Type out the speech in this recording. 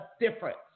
difference